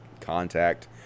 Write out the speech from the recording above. contact